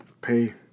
pay